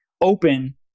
open